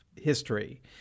history